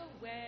away